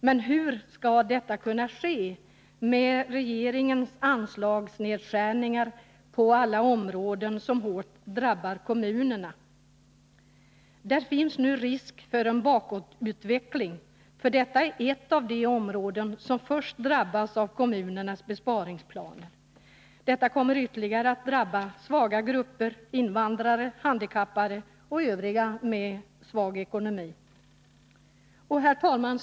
Men hur skall detta kunna ske med regeringens anslagsnedskärningar på alla områden, som ju hårt drabbar kommunerna? Här finns det nu en risk för bakåtutveckling, för det här är ett av de områden som först drabbas av kommunernas besparingsplaner. Detta kommer ytterligare att drabba de svaga grupperna: invandrare, handikappade och övriga med svag ekonomi. Herr talman!